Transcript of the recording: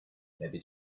maybe